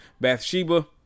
Bathsheba